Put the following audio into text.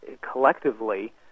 collectively